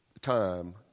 time